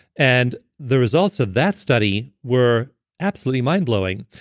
and the results of that study were absolutely mind blowing.